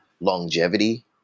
longevity